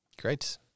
Great